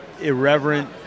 irreverent